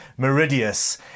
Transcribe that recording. Meridius